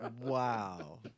Wow